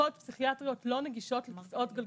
מחלקות פסיכיאטריות לא נגישות לכיסאות גלגלים.